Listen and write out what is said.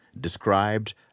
described